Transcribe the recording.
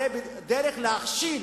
זאת דרך להכשיל